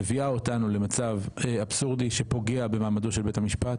מביאה אותנו למצב אבסורדי שפוגע במעמדו של בית המשפט,